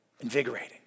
Invigorating